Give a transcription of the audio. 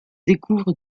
découvre